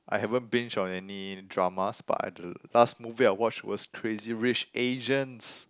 I haven't binge on any dramas but the last movie I watch was Crazy Rich Asians